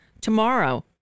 tomorrow